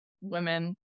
women